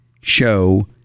show